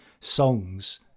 songs